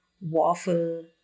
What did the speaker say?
waffle